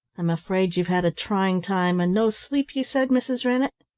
i'm afraid you've had a trying time, and no sleep you said, mrs. rennett?